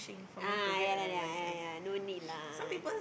ah ya lah ya ya ya no need lah